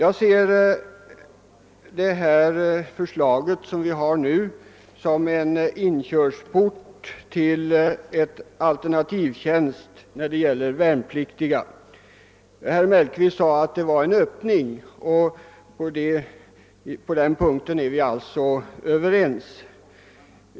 Det förslag vi nu behandlar ser jag som en inkörsport till en alternativ tjänst för värnpliktiga. Herr Mellqvist sade att förslaget utgör en Öppning, och på den punkten är vi överens.